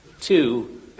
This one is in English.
Two